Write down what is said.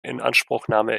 inanspruchnahme